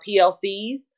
PLCs